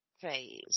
phase